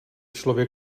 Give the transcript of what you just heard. člověk